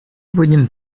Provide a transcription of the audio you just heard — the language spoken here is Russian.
будем